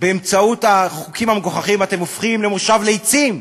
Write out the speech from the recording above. באמצעות החוקים המגוחכים, אתם הופכים למושב לצים,